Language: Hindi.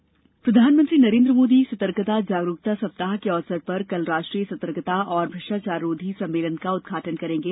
सतर्कता जागरूकता प्रधानमंत्री नरेन्द्र मोदी सतर्कता जागरूकता सप्ताह के अवसर कल राष्ट्रीय सतर्कता और भ्रष्टाचाररोधी सम्मेलन का उदघाटन करेंगे